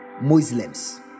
Muslims